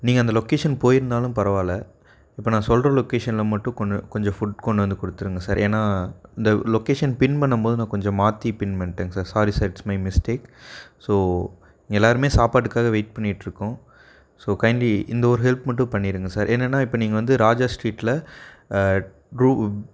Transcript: நீங்கள் அந்த லொக்கேஷன் போய்ருந்தாலும் பரவாயில்லை இப்போ நான் சொல்கிற லொக்கேஷனில் மட்டும் கொண்டு கொஞ்சம் ஃபுட் கொண்டு வந்து கொடுத்துருங்க சார் ஏன்னா இந்த லொக்கேஷன் பின் பண்ணும்போது நான் கொஞ்சம் மாற்றி பின் பண்ணிட்டேங்க sir sorry sir it's my mistake so இங்கே எல்லோருமே சாப்பாட்டுக்காக வெயிட் பண்ணிட்டிருக்கோம் ஸோ கைன்ட்லி இந்த ஒரு ஹெல்ப் மட்டும் பண்ணிடுங்க சார் என்னன்னா இப்போ நீங்கள் வந்து ராஜா ஸ்ட்ரீட்டில்